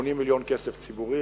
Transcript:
80 מיליון כסף ציבורי,